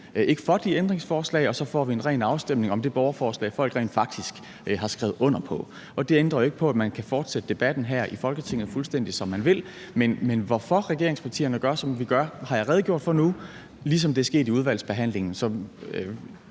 ikke for de ændringsforslag, og så får vi en ren afstemning om det borgerforslag, folk rent faktisk har skrevet under på. Det ændrer jo ikke på, at man kan fortsætte debatten her i Folketinget, fuldstændig som man vil, men hvorfor regeringspartierne gør, som vi gør, har jeg redegjort for nu, ligesom det er sket i udvalgsbehandlingen.